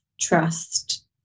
trust